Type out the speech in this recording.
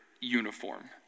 uniform